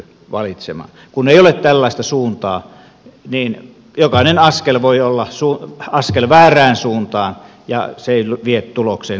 kun ei ole tällaista suuntaa niin jokainen askel voi olla askel väärään suuntaan ja se ei nyt vie tulokseen